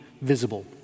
visible